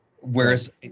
Whereas